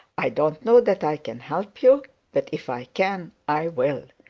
i don't know that i can help you, but if i can i will.